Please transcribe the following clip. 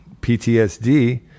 PTSD